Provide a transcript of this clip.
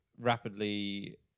rapidly